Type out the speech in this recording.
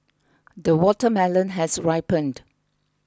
the watermelon has ripened